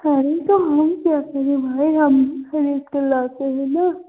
अरे तो हम कहते हैं भाई हम खरीद के लाते है न